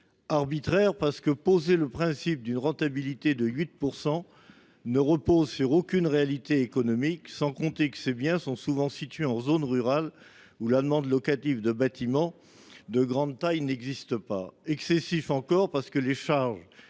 arbitraire parce que le principe d’une rentabilité de 8 % ne repose sur aucune réalité économique. C’est sans compter que ces biens sont souvent situés en zone rurale, où la demande locative de bâtiments de grande taille n’existe pas. Il est excessif encore parce que les charges